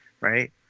right